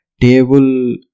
table